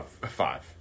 Five